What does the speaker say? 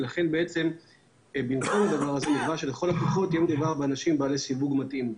לכן במקום זה נקבע שלכל הפחות יהיה מדובר באנשים בלי סיווג מתאים.